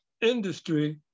industry